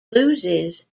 loses